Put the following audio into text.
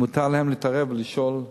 אם מותר להם להתערב ולשאול,